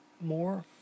more